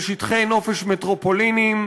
בשטחי נופש מטרופוליניים,